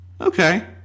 Okay